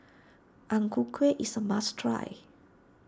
Ang Ku Kueh is a must try